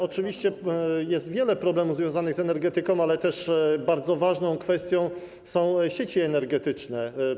Oczywiście jest wiele problemów związanych z energetyką, ale też bardzo ważną kwestią są sieci energetyczne.